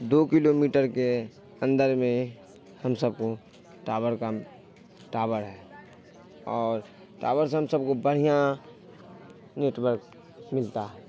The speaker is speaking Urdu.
دو کلو میٹر کے اندر میں ہم سب کو ٹاور کا ٹاور ہے اور ٹاور سے ہم سب کو بڑھیا نیٹ ورک ملتا ہے